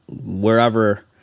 wherever